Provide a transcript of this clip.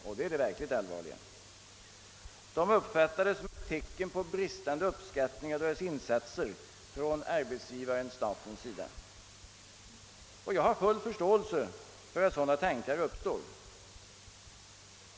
Och det verkligt allvarliga är att de uppfattar förhållandet som ett tecken på bristande uppskattning av deras insatser från arbetsgivarens, statens, sida. Jag har full förståelse för att sådana tankar uppstår.